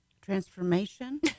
transformation